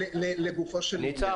לגופו של עניין.